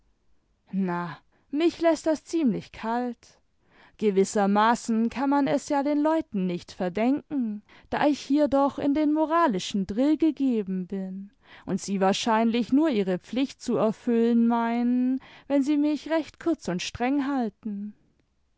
na mich läßt das ziemlich kalt gewissermaßen kann man es ja den leuten nicht verdenken da ich hier doch in den moralischen drill gegeben bin und sie wahrscheinlich nur ihre pflicht zu erfüllen meinen renn sie mich recht kurz imd streng halten